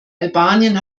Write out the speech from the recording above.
albanien